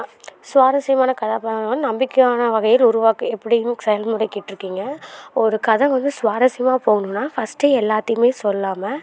சுவாரஸ்யமான கதாபாத்திரனா நம்பிக்கையான வகையில் உருவாக்க எப்படியும் செயல்முறை கேட்டிருக்கீங்க ஒரு கதை வந்து சுவாரஸ்யமாக போகணும்னா ஃபஸ்ட்டு எல்லாத்தையுமே சொல்லாமல்